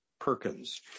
Perkins